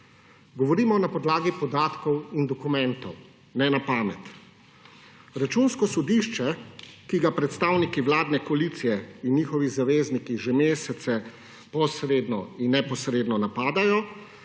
Govorimo na podlagi podatkov in dokumentov, ne na pamet. Računsko sodišče, ki ga predstavniki vladne koalicije in njihovi zavezniki že mesece posredno in neposredno napadajo,